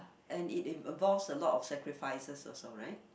and it involves a lot of sacrifices also right